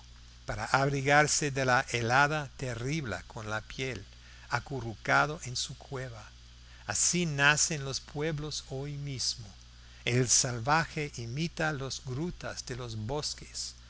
para abrigarse de la helada terrible con la piel acurrucado en su cueva así nacen los pueblos hoy mismo el salvaje imita las grutas de los bosques